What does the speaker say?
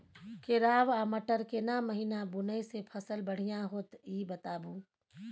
केराव आ मटर केना महिना बुनय से फसल बढ़िया होत ई बताबू?